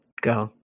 go